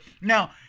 Now